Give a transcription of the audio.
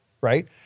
right